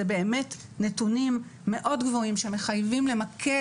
זה באמת נתונים מאוד גבוהים שמחייבים למקד